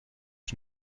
den